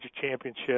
championship